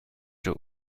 joe